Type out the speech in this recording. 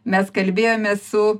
mes kalbėjomės su